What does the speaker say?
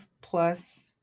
plus